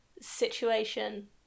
situation